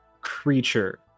creature